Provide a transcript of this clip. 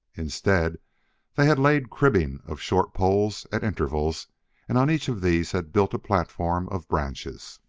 instead they had laid cribbing of short poles at intervals and on each of these had built a platform of branches.